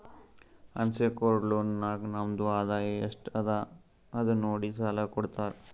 unsecured loan ನಾಗ್ ನಮ್ದು ಆದಾಯ ಎಸ್ಟ್ ಅದ ಅದು ನೋಡಿ ಸಾಲಾ ಕೊಡ್ತಾರ್